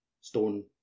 stone